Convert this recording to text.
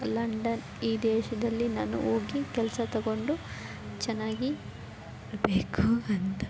London ಈ ದೇಶದಲ್ಲಿ ನಾನು ಹೋಗಿ ಕೆಲಸ ತಗೊಂಡು ಚೆನ್ನಾಗಿ ಇರಬೇಕು ಅಂತ